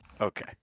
Okay